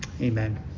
Amen